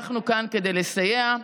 ואנחנו כאן כדי לסייע.